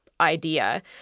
idea